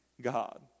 God